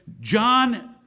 John